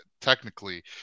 technically